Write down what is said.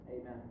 Amen